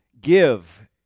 Give